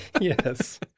Yes